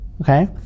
okay